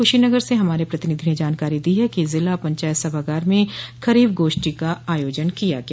कुशीनगर से हमारे प्रतिनिधि ने जानकारी दी है कि जिला पंचायत सभागार मं खरीफ गोष्ठी का आयोजन किया गया